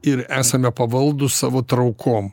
ir esame pavaldūs savo traukom